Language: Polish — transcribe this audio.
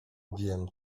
wiem